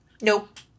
Nope